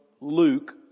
Luke